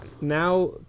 Now